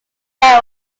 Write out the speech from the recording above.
tail